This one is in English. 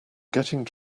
getting